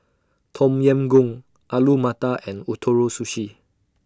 Tom Yam Goong Alu Matar and Ootoro Sushi